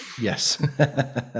Yes